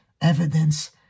evidence